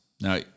Now